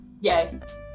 Yes